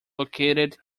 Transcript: located